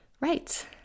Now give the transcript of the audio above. Right